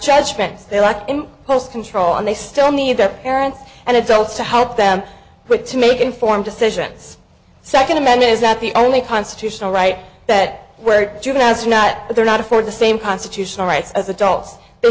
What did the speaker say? judgments they like health control and they still need that parents and adults to help them put to make informed decisions second amendment is not the only constitutional right that where juveniles are not they're not afford the same constitutional rights as adults they